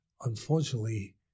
unfortunately